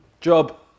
job